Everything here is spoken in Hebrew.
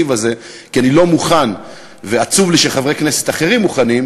הכי חשוב שעולה בכנסת בלי לדעת בעצם על מה אנחנו מצביעים?